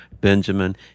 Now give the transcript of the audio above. Benjamin